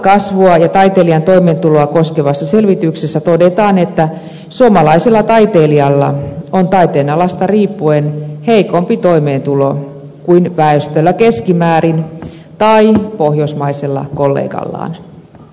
luovaa kasvua ja taiteilijan toimeentuloa koskevassa selvityksessä todetaan että suomalaisella taiteilijalla on taiteenalasta riippuen heikompi toimeentulo kuin väestöllä keskimäärin tai pohjoismaisella kollegallaan